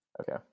okay